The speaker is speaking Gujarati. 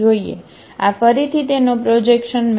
આ ફરીથી તેનો પ્રોજેક્શનમેપ છે